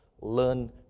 learn